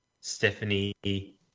Stephanie